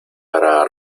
para